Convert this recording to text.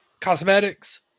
cosmetics